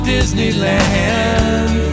Disneyland